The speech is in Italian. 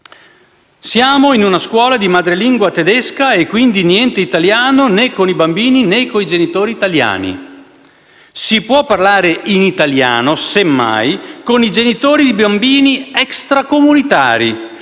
«Siamo una scuola di madrelingua tedesca e quindi niente italiano né con i bambini né con i genitori italiani. Si può parlare in italiano semmai con i genitori di bambini extracomunitari